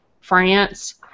France